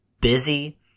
busy